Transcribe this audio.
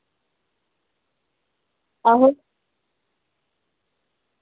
आहो